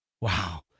Wow